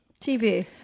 tv